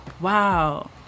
wow